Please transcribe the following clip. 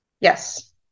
Yes